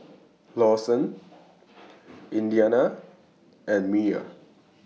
Lawson Indiana and Myer